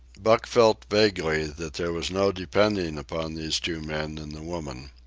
buck felt vaguely that there was no depending upon these two men and the woman.